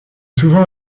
souvent